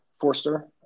Forster